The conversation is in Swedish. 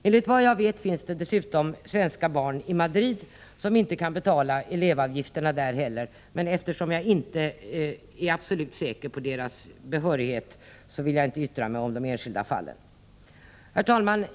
Enligt vad jag vet finns det dessutom svenska barn i Madrid som inte kan betala elevavgifterna där heller. Men eftersom jag inte är absolut säker på deras behörighet, vill jag inte yttra mig om de enskilda fallen. Herr talman!